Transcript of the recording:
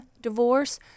divorce